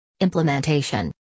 Implementation